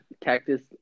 cactus